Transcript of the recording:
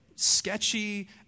sketchy